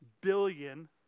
billion